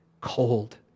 cold